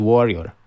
Warrior